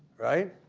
right?